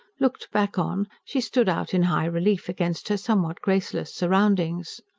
looked back on, she stood out in high relief against her somewhat graceless surroundings.